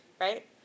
right